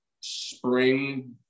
spring